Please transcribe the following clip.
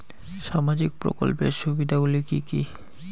সামাজিক প্রকল্পের সুবিধাগুলি কি কি?